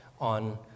on